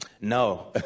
no